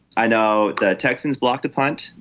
i know the texans blocked a punt.